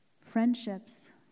Friendships